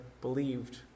believed